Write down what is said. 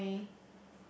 my